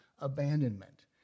abandonment